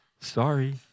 Sorry